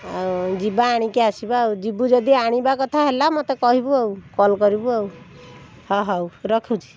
ଆଉ ଯିବା ଆଣିକି ଆସିବା ଆଉ ଯିବୁ ଯଦି ଆଣିବା କଥା ହେଲା ମୋତେ କହିବୁ ଆଉ କଲ୍ କରିବୁ ଆଉ ହ ହଉ ରଖୁଛି